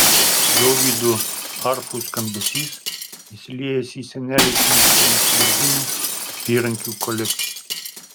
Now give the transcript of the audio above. dovydo arfų skambesys įsiliejęs į senelės mėgstamų sidabrinių apyrankių kolekciją